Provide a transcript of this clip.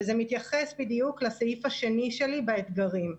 וזה מתייחס בדיוק לסעיף השני שלי באתגרים.